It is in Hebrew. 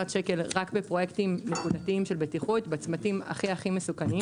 שקלים רק בפרויקטים נקודתיים של בטיחות בצמתים הכי מסוכנים.